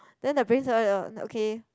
then the okay